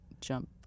jump